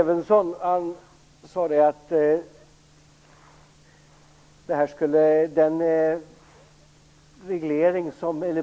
Fru talman! Rune Evensson sade att den